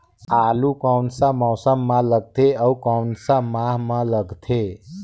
आलू कोन सा मौसम मां लगथे अउ कोन सा माह मां लगथे?